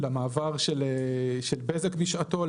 בזק בשעתו,